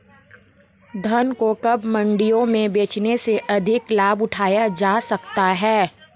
धान को कब मंडियों में बेचने से अधिक लाभ उठाया जा सकता है?